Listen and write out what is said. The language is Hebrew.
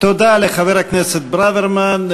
תודה לחבר הכנסת ברוורמן.